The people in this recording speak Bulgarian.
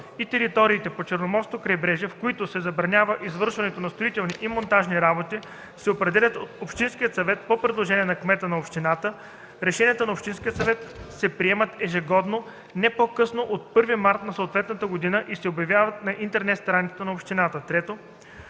и териториите по Черноморското крайбрежие, в които се забранява извършването на строителни и монтажни работи, се определят от общинския съвет по предложение на кмета на общината. Решенията на общинския съвет се приемат ежегодно не по-късно от 1 март на съответната година и се обявяват на интернет страницата на общината. (3)